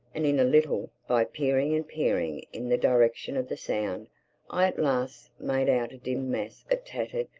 and in a little, by peering and peering in the direction of the sound, i at last made out a dim mass of tattered,